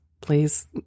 please